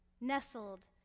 nestled